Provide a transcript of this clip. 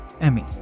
Emmy